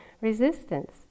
Resistance